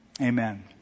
amen